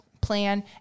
plan